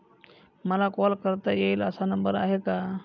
मला कॉल करता येईल असा नंबर आहे का?